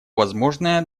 возможное